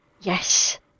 Yes